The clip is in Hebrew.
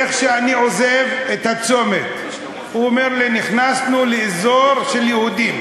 איך שאני עוזב את הצומת הוא אומר לי: נכנסנו לאזור של יהודים.